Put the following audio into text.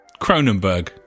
Cronenberg